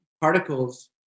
particles